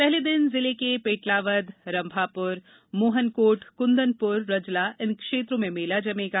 पहले दिन जिले के पेटलावद रमांप्र मोहनकोट कुंदनप्र रजला इन क्षेत्रो में जमेगा